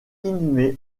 inhumée